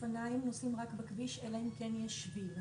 אופניים נוסעים רק בכביש אלא אם כן יש שביל.